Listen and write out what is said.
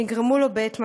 שנגרמו לו בעת מעצרו.